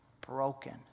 broken